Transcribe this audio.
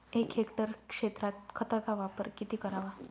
एक हेक्टर क्षेत्रात खताचा वापर किती करावा?